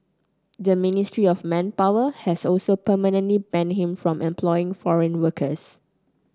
the Ministry of Manpower has also permanently banned him from employing foreign workers